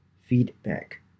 Feedback